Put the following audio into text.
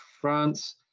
France